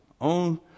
Own